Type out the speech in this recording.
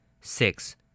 Six